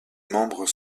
membres